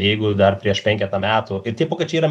jeigu dar prieš penketą metų ir tie pokyčiai yra